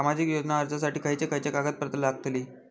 सामाजिक योजना अर्जासाठी खयचे खयचे कागदपत्रा लागतली?